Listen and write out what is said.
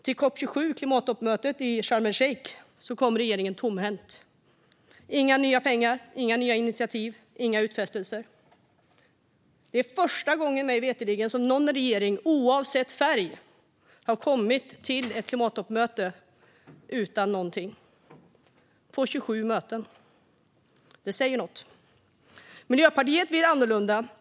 Till COP 27, klimattoppmötet i Sharm el-Sheikh, kom regeringen tomhänt, utan några nya pengar, initiativ eller utfästelser. Mig veterligen är detta första gången på 27 möten som en regering, oavsett färg, har kommit till ett klimattoppmöte utan någonting. Det säger något. Vi i Miljöpartiet vill annorlunda.